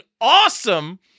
awesome